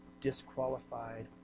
disqualified